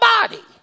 body